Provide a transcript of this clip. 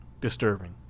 disturbing